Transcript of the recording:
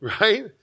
right